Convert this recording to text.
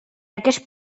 aquest